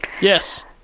Yes